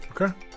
Okay